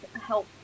help